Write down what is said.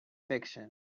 fiction